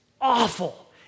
awful